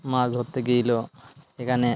মাছ ধরতে গিয়েছিল এখানে